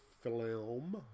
film